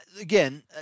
again